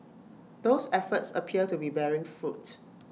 those efforts appear to be bearing fruit